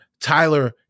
Tyler